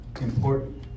important